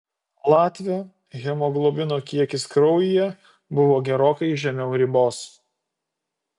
latvio hemoglobino kiekis kraujyje buvo gerokai žemiau ribos